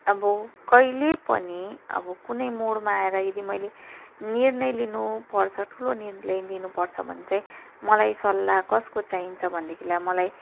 अब कहिले पनि अब कुनै मोडमा आएर यदि मैले निर्णय लिनु पर्छ ठुलो निर्णय लिनुपर्छ भने चाहिँ मलाई सल्लाह कसको चाहिन्छ भनेदेखिलाई मलाई